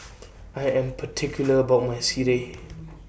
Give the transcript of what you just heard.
I Am particular about My Sireh